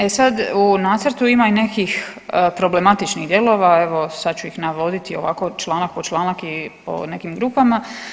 E sad u nacrtu ima i nekim problematičnih dijelova, evo sad ću ih navoditi ovako članak po članak i po nekim grupama.